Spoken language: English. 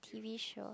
t_v show